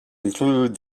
include